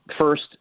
First